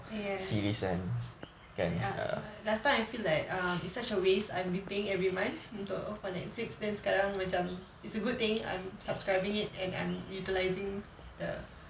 yes ya last time I feel like err it's such a waste I'm repaying every month untuk for netflix then sekarang macam it's a good thing I'm subscribing it and I'm utilizing the